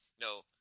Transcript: no